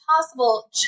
possible